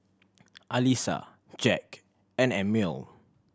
Alissa Jack and Emil